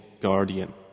guardian